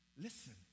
Listen